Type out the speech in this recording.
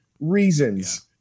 reasons